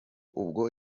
ubwo